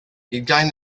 ugain